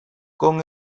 con